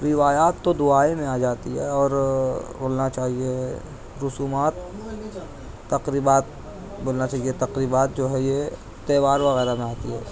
روایات تو دعائیں میں آ جاتی ہے اور بولنا چاہیے رسومات تقریبات بولنا چاہیے تقریبات جو ہے یہ تہوار وغیرہ میں آتی ہے